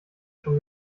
schon